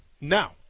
now